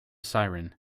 siren